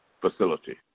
Facility